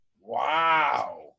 Wow